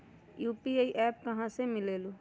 UPI app कहा से मिलेलु?